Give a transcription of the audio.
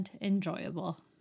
enjoyable